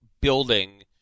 building